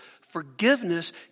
forgiveness